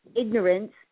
ignorance